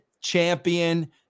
champion